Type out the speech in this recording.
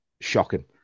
shocking